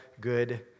good